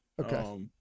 Okay